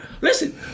Listen